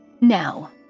Now